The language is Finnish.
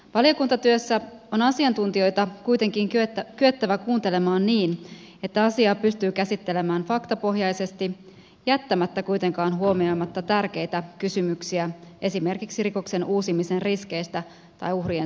valiokuntatyössä on asiantuntijoita kuitenkin kyettävä kuuntelemaan niin että asiaa pystyy käsittelemään faktapohjaisesti jättämättä kuitenkaan huomioimatta tärkeitä kysymyksiä esimerkiksi rikoksen uusimisen riskeistä tai uhrien suojelemisesta